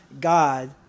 God